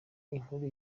inkuru